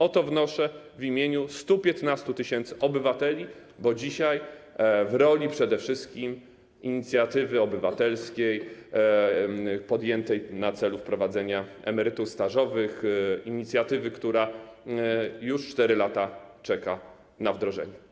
O to wnoszę w imieniu 115 tys. obywateli, bo dzisiaj występuję w roli przede wszystkim przedstawiciela inicjatywy obywatelskiej, podjętej w celu wprowadzenia emerytur stażowych, inicjatywy, która już 4 lata czeka na wdrożenie.